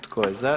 Tko je za?